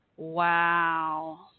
Wow